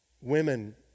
Women